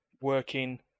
working